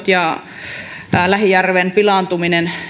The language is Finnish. ja lähijärven pilaantumisella